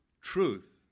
Truth